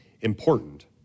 important